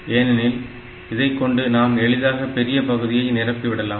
ஏனெனில் இதைக்கொண்டு நாம் எளிதாக பெரிய பகுதியை நிரப்பி விடலாம்